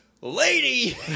lady